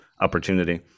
opportunity